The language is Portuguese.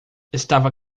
estava